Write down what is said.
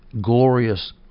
glorious